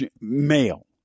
male